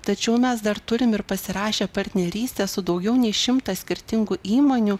tačiau mes dar turim ir pasirašę partnerystę su daugiau nei šimtas skirtingų įmonių